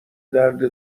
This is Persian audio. درد